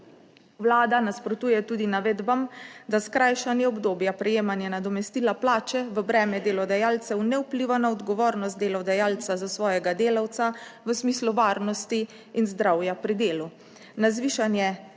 Vlada nasprotuje tudi navedbam, da skrajšanje obdobja prejemanja nadomestila plače v breme delodajalcev ne vpliva na odgovornost delodajalca za svojega delavca v smislu varnosti in zdravja pri delu.